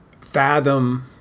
fathom